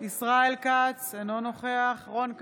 ישראל כץ, אינו נוכח רון כץ,